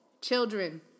children